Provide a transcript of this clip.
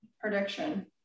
Prediction